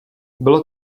bylo